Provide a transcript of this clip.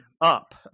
up